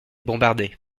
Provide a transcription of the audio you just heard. bombarder